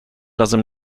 razem